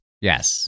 Yes